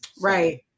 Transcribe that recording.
right